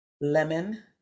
lemon